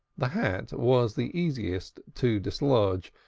the hat was the easiest to dislodge,